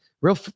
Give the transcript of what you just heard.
Real